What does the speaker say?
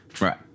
Right